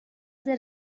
there